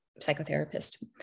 psychotherapist